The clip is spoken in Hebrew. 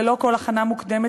ללא כל הכנה מוקדמת,